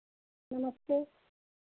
नमस्ते